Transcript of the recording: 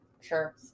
sure